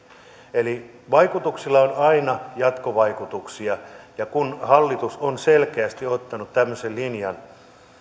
eli vaikutuksilla on aina jatkovaikutuksia ja kun hallitus on selkeästi ottanut tämmöisen linjan